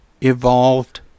evolved